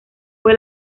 fue